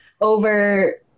over